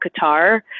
Qatar